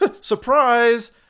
Surprise